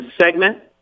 segment